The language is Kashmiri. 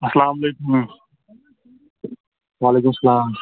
اسلام علیکُم وعلیکُم سلام